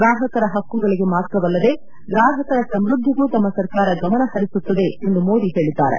ಗ್ರಾಹಕರ ಹಕ್ಕುಗಳಿಗೆ ಮಾತ್ರವಲ್ಲದೇ ಗ್ರಾಹಕರ ಸಮೃದ್ಧಿಗೂ ತಮ್ಮ ಸರ್ಕಾರ ಗಮನ ಹರಿಸುತ್ತದೆ ಎಂದು ಮೋದಿ ಹೇಳಿದ್ದಾರೆ